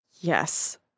Yes